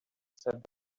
said